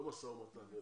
לא משא ומתן,